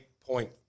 point